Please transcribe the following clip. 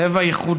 הוא טבע ייחודי,